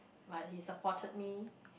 but he supported me